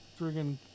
friggin